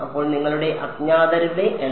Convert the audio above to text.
അപ്പോൾ നിങ്ങളുടെ അജ്ഞാതരുടെ എണ്ണം